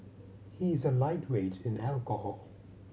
he is a lightweight in alcohol